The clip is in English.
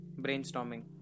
brainstorming